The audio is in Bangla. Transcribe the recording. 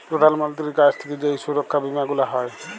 প্রধাল মন্ত্রীর কাছ থাক্যে যেই সুরক্ষা বীমা গুলা হ্যয়